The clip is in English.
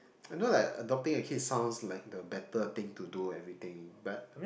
I know like adopting a kid sounds like the better thing to do everything but